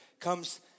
comes